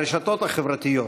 הרשתות החברתיות,